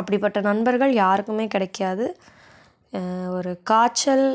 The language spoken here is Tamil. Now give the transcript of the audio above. அப்படிப்பட்ட நண்பர்கள் யாருக்குமே கிடைக்காது ஒரு காய்ச்சல்